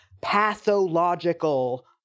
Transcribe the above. pathological